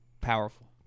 powerful